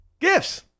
Gifts